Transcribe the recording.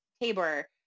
Tabor